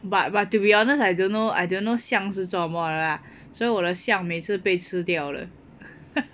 but but to be honest I don't know I don't know 象是做什么的 lah 所以我的象每次被吃掉的